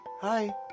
hi